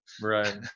Right